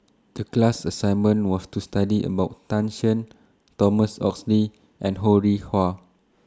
The class assignment was to study about Tan Shen Thomas Oxley and Ho Rih Hwa